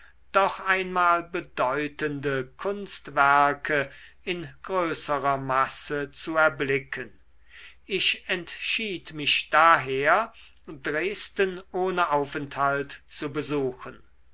doch einmal bedeutende kunstwerke in größerer masse zu erblicken ich entschied mich daher dresden ohne aufenthalt zu besuchen